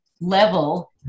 level